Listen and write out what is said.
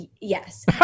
yes